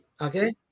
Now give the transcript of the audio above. Okay